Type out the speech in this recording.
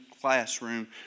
classroom